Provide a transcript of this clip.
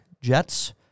Jets